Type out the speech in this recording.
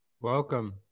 Welcome